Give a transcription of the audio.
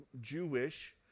jewish